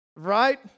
Right